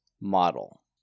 model